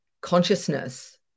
consciousness